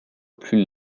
plus